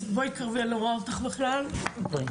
שלום, אני